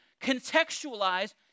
contextualize